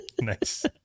Nice